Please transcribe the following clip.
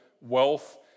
wealth